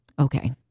Okay